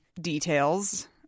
details